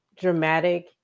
dramatic